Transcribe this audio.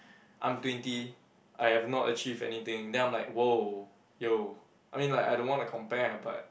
I'm twenty I have not achieve anything then I'm like !wow! !yo! I mean like I don't wanna compare but